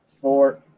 four